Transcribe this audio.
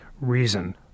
reason